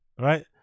right